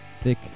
thick